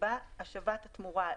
בהשבת התמורה.